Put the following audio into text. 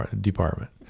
department